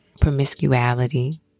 promiscuity